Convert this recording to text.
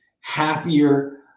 happier